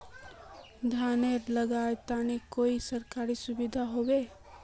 धानेर लगवार तने कोई सरकारी सुविधा होबे?